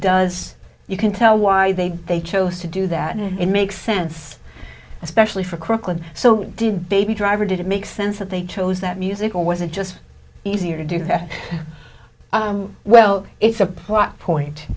does you can tell why they they chose to do that and it makes sense especially for crooklyn so did baby drive or did it make sense that they chose that musical wasn't just easier to do that well it's a plot point